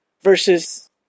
versus